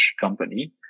company